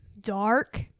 dark